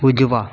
उजवा